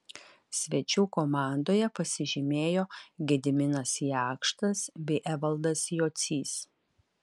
svečių komandoje pasižymėjo gediminas jakštas bei evaldas jocys